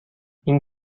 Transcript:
این